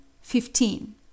fifteen